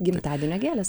gimtadienio gėlės